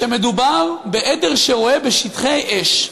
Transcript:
שמדובר בעדר שרועה בשטחי אש.